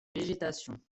végétation